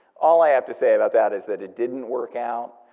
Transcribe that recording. all i have to say about that is that it didn't work out,